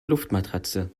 luftmatratze